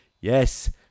Yes